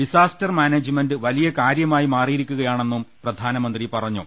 disaster management വലിയ കാര്യമായി മാറിയിരിക്കയാണെന്നും പ്രധാനമന്ത്രി പറഞ്ഞു